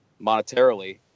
monetarily